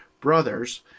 Brothers